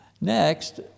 Next